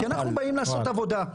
כי אנחנו באים לעשות עבודה,